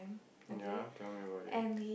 ya tell me about it